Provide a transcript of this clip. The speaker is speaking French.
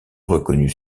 reconnu